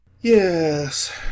yes